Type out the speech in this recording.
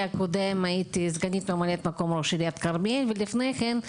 הקודם הייתי סגנית ממלאת מקום ראש עירית כרמיאל ולפני כן,